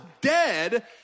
dead